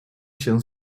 się